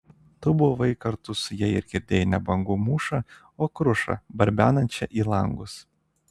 tu buvai kartu su ja ir girdėjai ne bangų mūšą o krušą barbenančią į langus